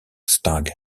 stagg